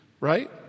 right